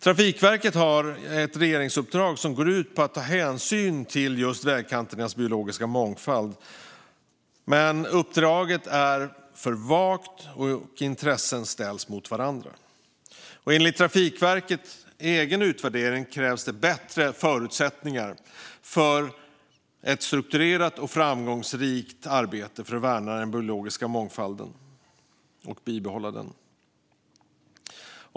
Trafikverket har ett regeringsuppdrag som går ut på att ta hänsyn till just vägkanternas biologiska mångfald. Men uppdraget är för vagt, och intressen ställs mot varandra. Enligt Trafikverkets egen utvärdering krävs det bättre förutsättningar för ett strukturerat och framgångsrikt arbete för att värna den biologiska mångfalden och bibehålla den.